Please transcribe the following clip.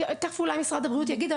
אולי תכף משרד הבריאות יגיד,